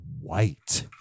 white